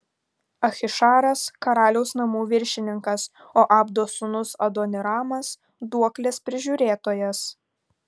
ahišaras karaliaus namų viršininkas o abdos sūnus adoniramas duoklės prižiūrėtojas